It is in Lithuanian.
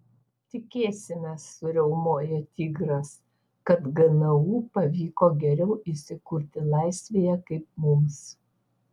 tikėsimės suriaumojo tigras kad gnu pavyko geriau įsikurti laisvėje kaip mums